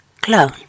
clone